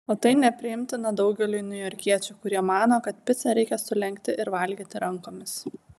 o tai nepriimtina daugeliui niujorkiečių kurie mano kad picą reikia sulenkti ir valgyti rankomis